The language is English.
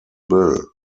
bill